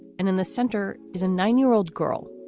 and in the center is a nine year old girl,